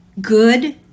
good